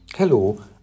Hello